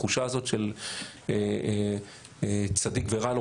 והתחושה הזאת של צדיק ורע לו,